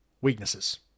weaknesses